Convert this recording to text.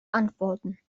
antworten